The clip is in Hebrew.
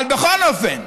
אבל בכל אופן,